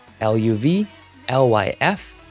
L-U-V-L-Y-F